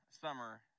summer